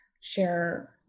share